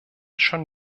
schon